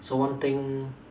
so one thing